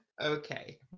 Okay